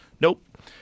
Nope